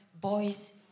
boys